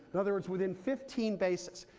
in other words, within fifteen basis.